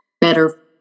better